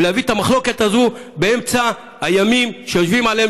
ולהביא את המחלוקת הזאת באמצע הימים שיושבים עליהם